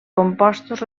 compostos